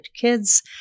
kids